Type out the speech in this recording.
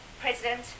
president